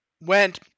went